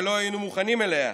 ולא היינו מוכנים אליה,